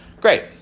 Great